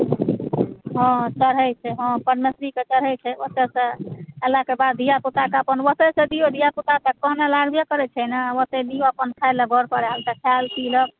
हँ चढ़ै छै हँ परमेश्वरीके चढ़ै छै ओतऽ सँ एला के बाद धियापुताके अपन ओतय सँ दियौ धियापुता सब कानऽ लागबे करै छै ने ओते नीक अपन खाय लए घर पर आएल तऽ खायल पीलक